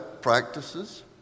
practices